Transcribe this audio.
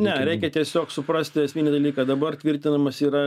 ne reikia tiesiog suprasti esminį dalyką dabar tvirtinamas yra